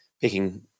picking